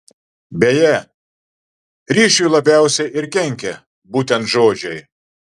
beje ryšiui labiausiai ir kenkia būtent žodžiai